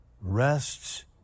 rests